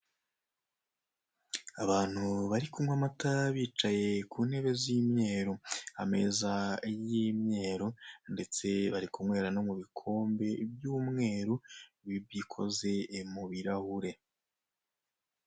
Abantu bari kunywa amata bicaye ku ntebe z'imyeru, ameza y'imyeru ndetse bari kunywera no mu bikombe by'umweru bikoze mu birahure.